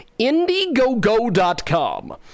Indiegogo.com